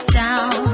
down